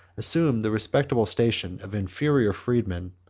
assumed the respectable station of inferior freemen,